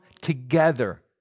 together